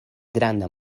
granda